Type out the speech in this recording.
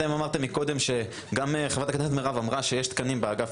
אתם אמרתם מקודם וגם חה"כ מירב אמרה שיש תקנים באגף